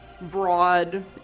broad